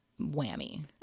whammy